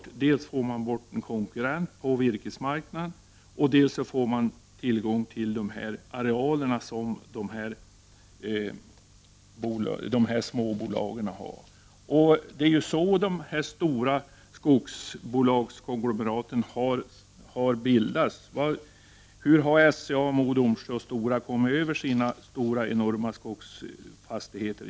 Jo, dels får man bort en konkurrent på virkesmarknaden, dels får man tillgång till de arealer som småbolagen har. Det är på det sättet de stora skogsbolagskonglomeraten har bildats. Hur har SCA, MoDo och Stora kommit över sina stora, enorma skogsfastigheter?